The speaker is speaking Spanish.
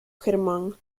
germán